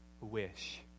wish